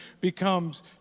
becomes